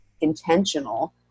intentional